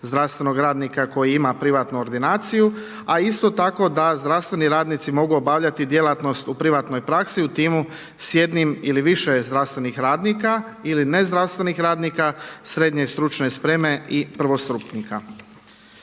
zdravstvenog radnika koji ima privatnu ordinaciju. A isto tako da zdravstveni radnici mogu obavljati djelatnost u privatnoj praksi u timu s jednim ili više zdravstvenih radnika ili nezdravstvenih radnika srednje stručne spreme i prvostupnika.